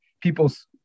people's